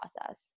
process